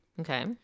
okay